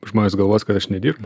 žmonės galvos kad aš nedirbu